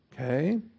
okay